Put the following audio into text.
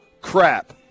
crap